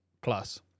plus